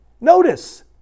Notice